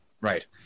Right